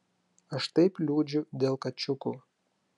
aš taip liūdžiu dėl kačiukų